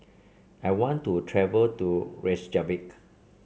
I want to travel to Reykjavik